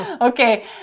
Okay